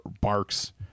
barks